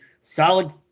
solid